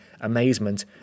amazement